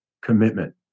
commitment